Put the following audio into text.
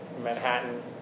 Manhattan